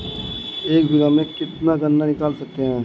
एक बीघे में से कितना गन्ना निकाल सकते हैं?